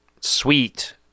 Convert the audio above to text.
sweet